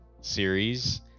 Series